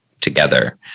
together